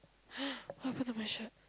what happen to my shirt